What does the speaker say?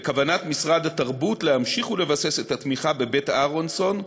בכוונת משרד התרבות להמשיך לבסס את התמיכה ב"בית אהרונסון",